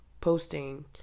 posting